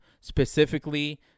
specifically